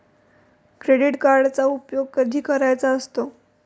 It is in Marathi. क्रेडिट कार्डचा उपयोग कधी करायचा असतो?